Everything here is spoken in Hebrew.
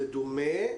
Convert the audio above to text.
זה דומה,